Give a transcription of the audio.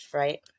right